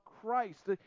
Christ